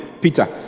Peter